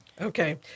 Okay